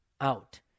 out